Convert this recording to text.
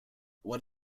what